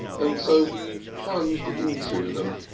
and so he plunged into them.